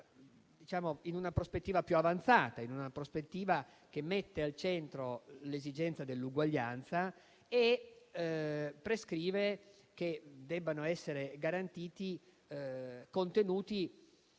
in una prospettiva più avanzata, che mette al centro l'esigenza dell'uguaglianza, e prescrive che debbano essere garantiti contenuti